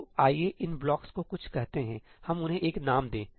तो आइए इन ब्लॉकस को कुछ कहते हैंहमें उन्हें एक नाम दें